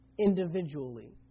individually